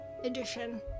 edition